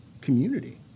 community